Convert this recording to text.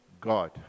God